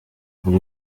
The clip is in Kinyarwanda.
buri